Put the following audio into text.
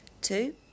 Two